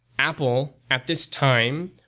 apple, at this time,